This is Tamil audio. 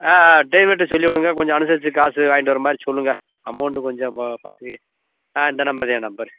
ஆ ஆ டேவிட்டை சொல்லிவிடுங்க கொஞ்சம் அனுசரித்து காசு வாங்கிட்டு வர மாதிரி சொல்லுங்கள் அமௌண்ட்டு கொஞ்சம் பா பார்த்து ஆ இந்த நம்பர் தான் என் நம்பர்